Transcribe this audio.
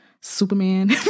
Superman